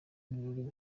ibirori